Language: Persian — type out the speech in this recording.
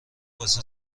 واسه